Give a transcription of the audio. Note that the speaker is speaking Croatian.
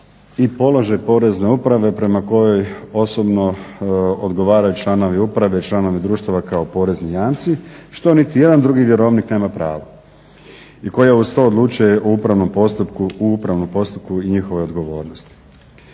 i položaj Porezne uprave prema kojoj osobno odgovaraju članovi uprave, članovi društva kao porezni jamci što niti jedan drugi vjerovnik nema pravo i koji uz to odlučuje u upravnom postupku i njihovoj odgovornosti.